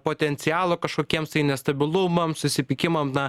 potencialo kažkokiems tai nestabilumams susipykimam na